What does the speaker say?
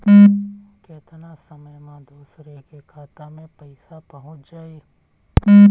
केतना समय मं दूसरे के खाता मे पईसा पहुंच जाई?